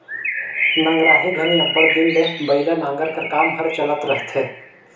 नगराही घनी अब्बड़ दिन ले बइला नांगर कर काम हर चलत रहथे